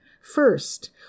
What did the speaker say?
First